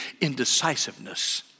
indecisiveness